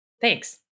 Thanks